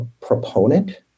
proponent